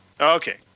Okay